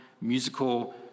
musical